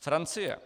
Francie.